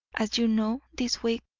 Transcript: as you know, this week,